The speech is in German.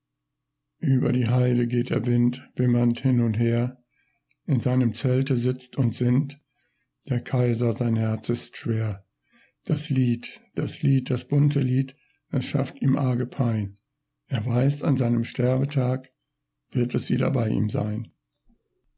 über die heide geht der wind wimmernd hin und her in seinem zelte sitzt und sinnt der kaiser sein herz ist schwer das lied das lied das bunte lied es schafft ihm arge pein er weiß an seinem sterbetag wird es wieder bei ihm sein